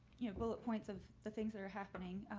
you know, bullet points of the things that are happening.